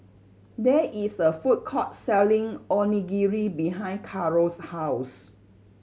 there is a food court selling Onigiri behind Caro's house